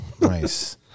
Nice